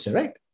right